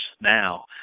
now